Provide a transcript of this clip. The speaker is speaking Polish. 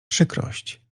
przykrość